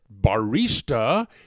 barista